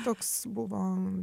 toks buvo